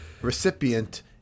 recipient